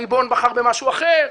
הריבון בחר במשהו אחר,